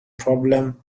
problem